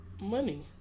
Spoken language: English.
Money